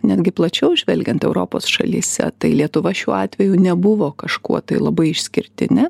netgi plačiau žvelgiant europos šalyse tai lietuva šiuo atveju nebuvo kažkuo tai labai išskirtinė